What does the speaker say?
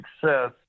success